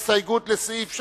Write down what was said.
ההסתייגות של קבוצת סיעת חד"ש,